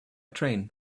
train